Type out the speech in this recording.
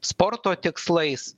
sporto tikslais